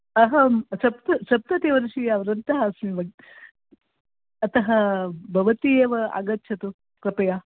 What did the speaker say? अहं सप्त सप्ततिवर्षीया वृद्धा अस्मि अतः भवती एव आगच्छतु कृपया